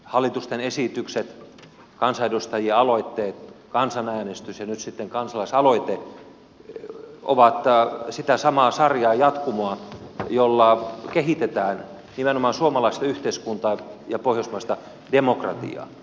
hallitusten esitykset kansanedustajien aloitteet kansanäänestys ja nyt sitten kansalaisaloite ovat sitä samaa sarjaa jatkumoa jolla kehitetään nimenomaan suomalaista yhteiskuntaa ja pohjoismaista demokratiaa